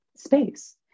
space